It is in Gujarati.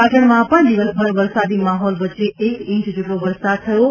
પાટણમાં દિવસભર વરસાદી માહોલ વચ્ચે એક ઇંચ જેટલો વરસાદ થયો છે